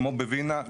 כמו בווינה,